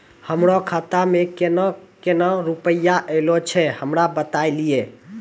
हमरो खाता मे केना केना रुपैया ऐलो छै? हमरा बताय लियै?